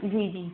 जी जी